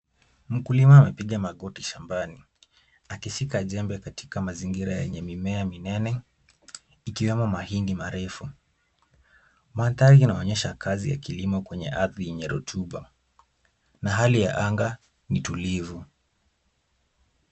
Mkulima amepiga magoti shambani akishika jembe katika mazingiraako shambani akishika jembe katika mazingira yenye mimea minene ikiwemo mahindi marefu. Mandhari inaonyesha kazi ya kilimo kwenye ardhi ya rotuba na hali ya anga ni tulivu.